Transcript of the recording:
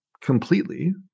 completely